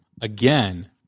again